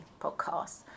podcasts